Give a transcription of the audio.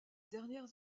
dernières